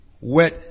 wet